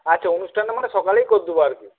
আচ্ছা অনুষ্ঠানটা মানে সকালেই করে দেবো আর কি